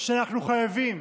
שאנחנו חייבים,